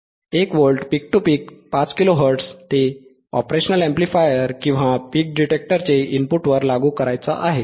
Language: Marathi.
1 volt peak to peak 5 kilohertz ते ऑपरेशनल एम्पलीफायर किंवा पीक डिटेक्टरचे इनपुटवर लागू करायचा आहे